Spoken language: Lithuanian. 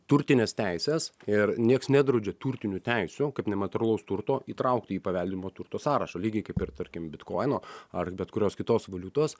turtinės teisės ir nieks nedraudžia turtinių teisių kaip nematerialaus turto įtraukti į paveldimo turto sąrašą lygiai kaip ir tarkim bitkoino ar bet kurios kitos valiutos